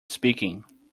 speaking